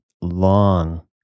long